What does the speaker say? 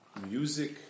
music